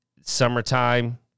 Summertime